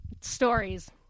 stories